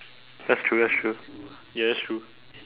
that's true that's true ya that's true